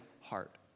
heart